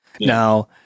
Now